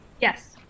Yes